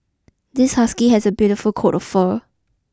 this husky has a beautiful coat of fur